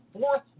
fourth